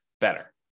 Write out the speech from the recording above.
better